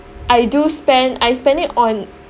I do spend I spend it on